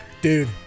dude